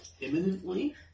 imminently